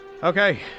Okay